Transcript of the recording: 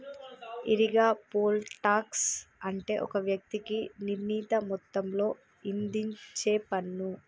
ఈరిగా, poll tax అంటే ఒక వ్యక్తికి నిర్ణీత మొత్తంలో ఇధించేపన్ను